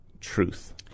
truth